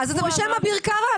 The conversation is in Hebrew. אתה בשם אביר קארה?